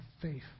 faith